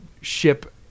ship